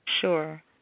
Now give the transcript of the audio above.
Sure